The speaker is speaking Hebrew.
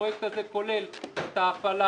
הפרויקט הזה כולל את ההפעלה,